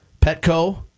Petco